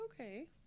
okay